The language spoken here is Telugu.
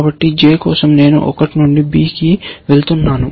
కాబట్టి j కోసం నేను ఒకటి నుండి b కి వెళుతున్నాను